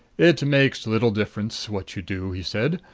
it makes little difference what you do, he said.